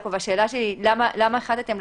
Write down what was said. למה החלטתם,